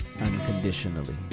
unconditionally